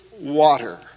water